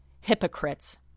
hypocrites